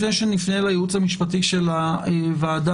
לפני שנפנה לייעוץ המשפטי של הוועדה,